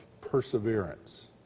perseverance